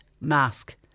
mask